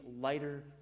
lighter